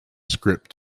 script